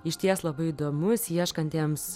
išties labai įdomus ieškantiems